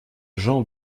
jean